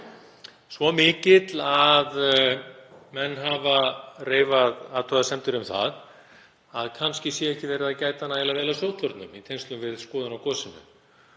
svo mikill að menn hafa reifað athugasemdir um það að kannski sé ekki verið að gæta nægilega vel að sóttvörnum í tengslum við skoðun á gosinu.